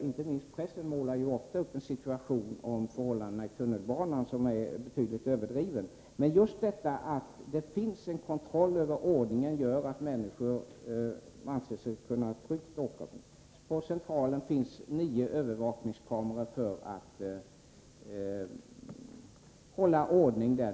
Inte minst pressen målar ju ofta upp en bild av förhållandena i tunnelbanan som är betydligt överdriven. Just detta att det finns en kontroll över ordningen gör att människor anser sig kunna tryggt åka med tunnelbanan. På Centralen finns nio övervakningskameror som hjälp för att hålla ordning där.